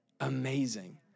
Amazing